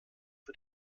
für